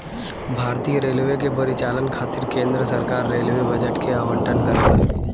भारतीय रेलवे के परिचालन खातिर केंद्र सरकार रेलवे बजट के आवंटन करेला